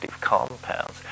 compounds